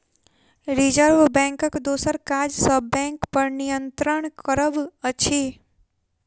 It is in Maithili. रिजर्व बैंकक दोसर काज सब बैंकपर नियंत्रण करब अछि